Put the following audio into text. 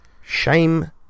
Shame